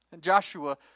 Joshua